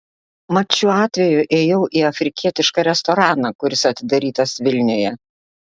mat šiuo atveju ėjau į afrikietišką restoraną kuris atidarytas vilniuje